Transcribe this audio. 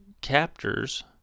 captors